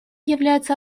являются